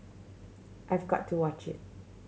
I've got to watch it